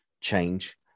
change